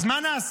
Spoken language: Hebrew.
אז מה נעשה?